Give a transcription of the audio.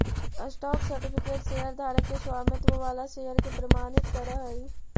stock certificate शेयरधारक के स्वामित्व वाला शेयर के प्रमाणित करऽ हइ